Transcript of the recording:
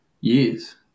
Years